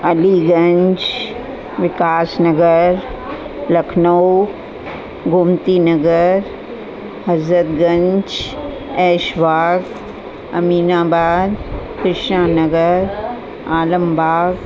Aliganj Vikasnagar Lucknow Gomtinagar Hazratganj Aishbagh Aminabad Krishna Nagar Alambagh